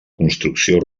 construcció